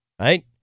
Right